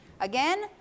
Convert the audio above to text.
Again